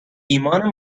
ایمان